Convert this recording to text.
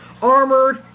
Armored